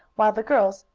while the girls,